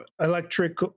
electric